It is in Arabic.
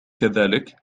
كذلك